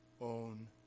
own